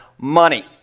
money